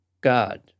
God